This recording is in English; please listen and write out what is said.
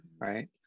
right